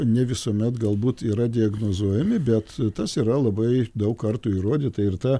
ne visuomet galbūt yra diagnozuojami bet tas yra labai daug kartų įrodyta ir ta